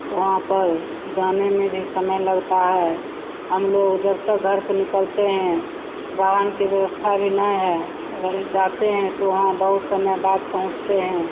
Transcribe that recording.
तो वहाँ पर जाने में भी समय लगता है हमलोग जब तक घर से निकलते हैं वाहन की व्यवस्था भी नहीं है अगर जाते हैं तो वहाँ बहुत समय बाद पहुँचते हैं